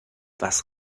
was